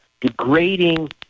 degrading